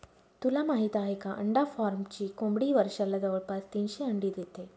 तुला माहित आहे का? अंडा फार्मची कोंबडी वर्षाला जवळपास तीनशे अंडी देते